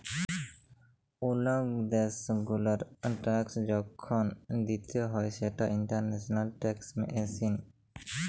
ওল্লো দ্যাশ গুলার ট্যাক্স যখল দিতে হ্যয় সেটা ইন্টারন্যাশনাল ট্যাক্সএশিন